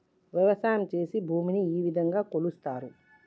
వ్యవసాయం చేసి భూమిని ఏ విధంగా కొలుస్తారు?